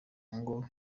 ngo